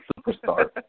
Superstar